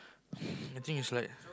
I think is like